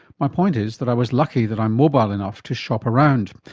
my point is that i was lucky that i am mobile enough to shop around.